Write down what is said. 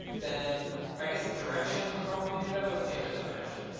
then or i guess direction would probably be be better? let's change that to direction.